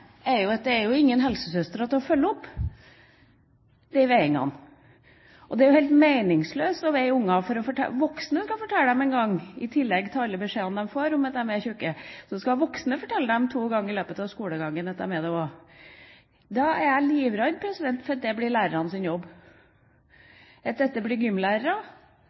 jo at det ikke er noen helsesøstre til å følge opp disse veiingene. Det er jo helt meningsløst å veie barn og at voksne, i tillegg til alle beskjedene de får om at de er tjukke, skal fortelle dem to ganger i løpet av skolegangen at de er det også. Da er jeg livredd for at det blir lærernes jobb, at det blir gymlærernes. Gymlærere